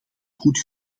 goed